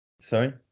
Sorry